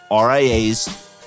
RIAs